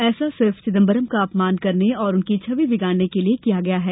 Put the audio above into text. ऐसा सिर्फ चिदम्बरम का अपमान करने और उनकी छवि बिगाड़ने के लिए किया गया है